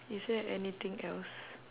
is there anything else